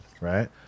right